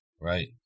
Right